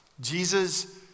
Jesus